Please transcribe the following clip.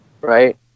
Right